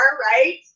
right